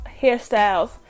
hairstyles